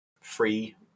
free